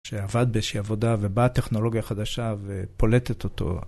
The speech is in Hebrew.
שעבד באיזושהיא עבודה ובאה הטכנולוגיה חדשה ופולטת אותו.